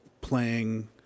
playing